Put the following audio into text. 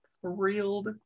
thrilled